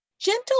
gentle